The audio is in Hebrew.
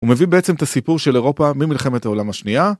הוא מביא בעצם את הסיפור של אירופה ממלחמת העולם השנייה.